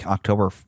October